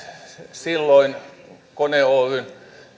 silloin kone oyjn